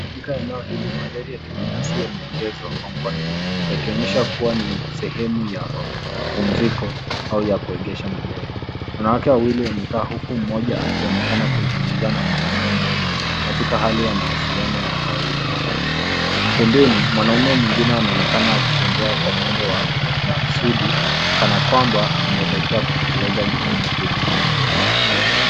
Katika eneo hili magari ya kibinafsi, yameegeshwa yakionyesha kuwa ni sehemu ya mapumziko au ya kuegesha magari. Wanawake wawili wamekaa huku mmoja akionekana kuzunguumza na mwanaume mmoja katika hali ya mawasiliano ya kawaida. Pembeni mwanaume mwingine anaonekana akitembea kwa mwendo wa maksudi kana kwamba anaelekea kutekeleza jukumu fulani.